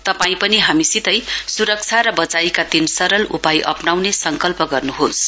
तपाई पनि हामीसितै सुरक्षा र वचाइका तीन सरल उपाय अप्नाउने संकल्प गर्नुहोस